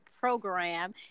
program